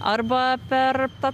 arba per tą